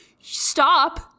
stop